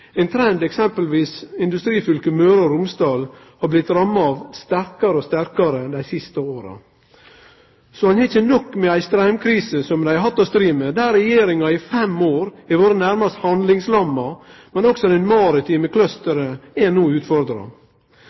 ein trend eksempelvis industrifylket Møre og Romsdal har blitt ramma av sterkare og sterkare dei siste åra. Så ikkje nok med straumkrisa dei har hatt å stri med, der Regjeringa i fem år har vore nærmast handlingslamma, men òg det maritime clusteret er no utfordra.